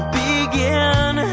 begin